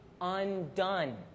undone